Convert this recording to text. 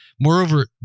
Moreover